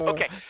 Okay